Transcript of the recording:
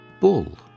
Bull